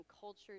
culture